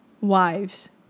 wives